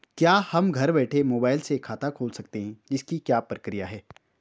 क्या हम घर बैठे मोबाइल से खाता खोल सकते हैं इसकी क्या प्रक्रिया है?